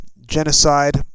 Genocide